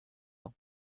ans